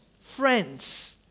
friends